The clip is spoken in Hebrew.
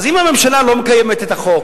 אז אם הממשלה לא מקיימת את החוק,